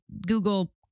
Google